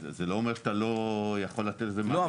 אז זה לא אומר שאתה לא יכול לתת לזה מענה --- לא,